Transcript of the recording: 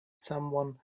someone